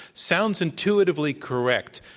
sounds intuitively correct,